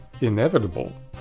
inevitable